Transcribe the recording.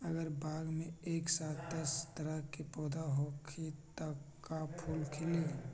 अगर बाग मे एक साथ दस तरह के पौधा होखि त का फुल खिली?